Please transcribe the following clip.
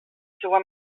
seua